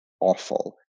awful